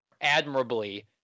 admirably